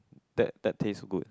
that that taste good